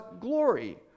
glory